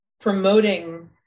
promoting